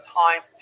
time